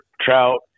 Trout